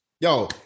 yo